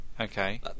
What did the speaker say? Okay